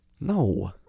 No